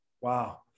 Wow